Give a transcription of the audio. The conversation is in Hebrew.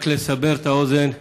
רק לסבר את האוזן אומר: